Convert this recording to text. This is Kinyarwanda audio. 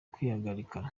kwihagarika